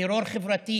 טרור חברתי